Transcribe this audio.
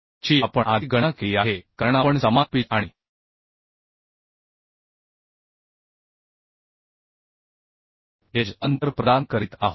ची आपण आधी गणना केली आहे कारण आपण समान पिच आणि एज अंतर प्रदान करीत आहोत